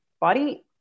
body